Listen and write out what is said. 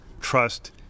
trust